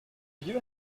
you